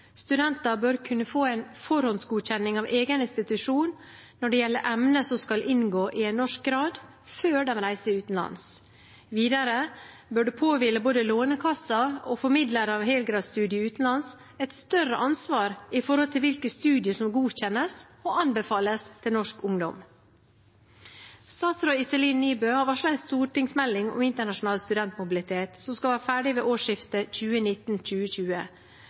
Studenter bør kunne få en forhåndsgodkjenning av egen institusjon når det gjelder emner som skal inngå i en norsk grad, før de reiser utenlands. Videre bør det påhvile både Lånekassen og formidlere av helgradsstudier utenlands et større ansvar når det gjelder hvilke studier som godkjennes og anbefales til norsk ungdom. Statsråd Iselin Nybø har varslet en stortingsmelding om internasjonal studentmobilitet, som skal være ferdig ved årsskiftet